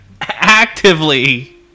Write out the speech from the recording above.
actively